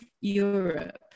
Europe